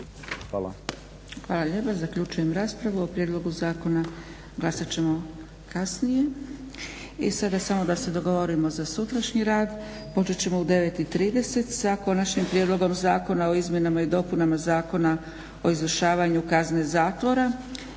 Hvala lijepa. Zaključujem raspravu. O prijedlogu zakona glasat ćemo kasnije. I sada samo da se dogovorimo za sutrašnji rad. Počet ćemo u 9,30 sa Konačnim prijedlogom zakona o izmjenama i dopunama zakona o izvršavanju kazne zatvora